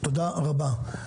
תודה רבה.